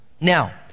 Now